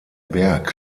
berg